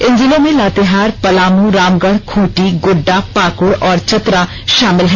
इन जिलों में लातेहार पलामू रामगढ़ खूंटी गोड्डा पाकुड़ और चतरा शामिल हैं